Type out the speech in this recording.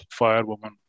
firewoman